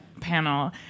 panel